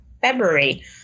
February